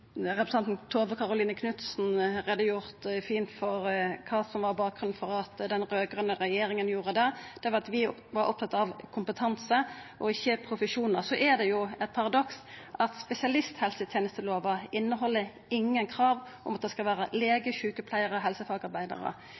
fint greie for kva som var bakgrunnen for at den raud-grøne regjeringa gjorde det. Det var fordi vi var opptatt av kompetanse og ikkje profesjonar. Så er det eit paradoks at spesialisthelsetenestelova ikkje inneheld krav om at det skal vera lege,